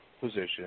position